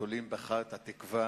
תולים בך את התקווה,